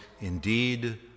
indeed